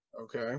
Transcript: okay